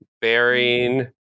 Bearing